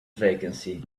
vacancy